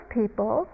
people